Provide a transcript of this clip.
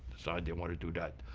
decides they want to do that,